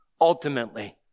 ultimately